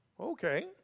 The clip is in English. Okay